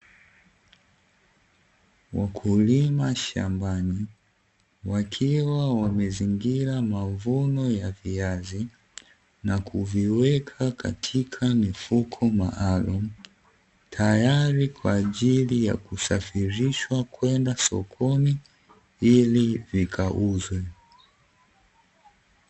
Wakulima shambani, wakiwa wamezingira mavuno ya viazi na kuviweka katika mifuko maalumu, tayari kwa ajili ya kusafirishwa kwenda sokoni ili vikauzwe.